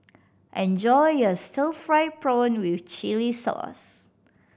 enjoy your stir fried prawn with chili sauce